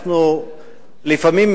לפעמים,